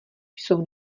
jsou